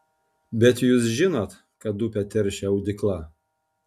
bet jūs žinot kad upę teršia audykla